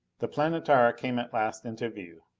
the planetara came at last into view.